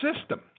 system